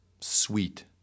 sweet